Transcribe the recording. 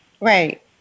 Right